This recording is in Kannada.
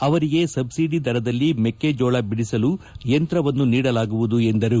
ಅವರಿಗೆ ಸಬ್ಲಡಿ ದರದಲ್ಲಿ ಮೆಕ್ಕೆಜೋಳ ಬಿಡಿಸಲು ಯಂತ್ರವನ್ನು ನೀಡಲಾಗುವುದು ಎಂದರು